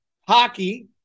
hockey